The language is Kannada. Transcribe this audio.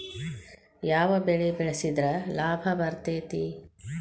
ಯಾವ ಬೆಳಿ ಬೆಳ್ಸಿದ್ರ ಲಾಭ ಬರತೇತಿ?